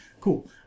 cool